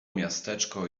miasteczko